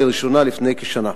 לראשונה לפני כשנה.